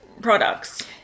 products